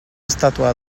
estàtua